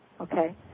Okay